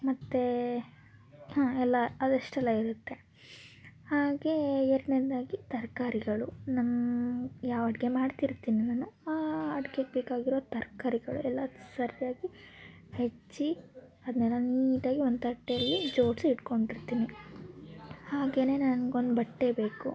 ಮತ್ತು ಹಾಂ ಎಲ್ಲ ಅದಷ್ಟೆಲ್ಲ ಇರುತ್ತೆ ಹಾಗೆ ಎರಡ್ನೆದಾಗಿ ತರಕಾರಿಗಳು ನಾನ್ ಯಾವ ಅಡುಗೆ ಮಾಡ್ತಿರ್ತೀನಿ ನಾನು ಆ ಅಡ್ಗೆಗೆ ಬೇಕಾಗಿರೋ ತರಕಾರಿಗಳು ಎಲ್ಲ ಸರಿಯಾಗಿ ಹೆಚ್ಚಿ ಅದನ್ನೆಲ್ಲ ನೀಟಾಗಿ ಒಂದು ತಟ್ಟೆಲಿ ಜೋಡಿಸಿ ಇಟ್ಕೊಂಡಿರ್ತೀನಿ ಹಾಗೆಯೇ ನಂಗೊಂದು ಬಟ್ಟೆ ಬೇಕು